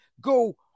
go